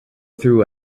through